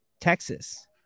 Texas